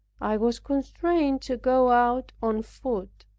i was constrained to go out on foot,